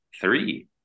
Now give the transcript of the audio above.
three